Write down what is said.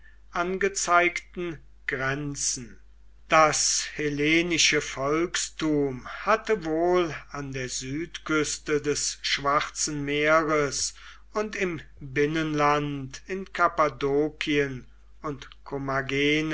angezeigten grenzen das hellenische volkstum hatte wohl an der südküste des schwarzen meeres und im binnenland in kappadokien und